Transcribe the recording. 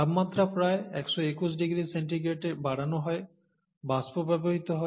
তাপমাত্রা প্রায় 121 ডিগ্রি সেন্টিগ্রেডে বাড়ানো হয় বাষ্প ব্যবহৃত হয়